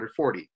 140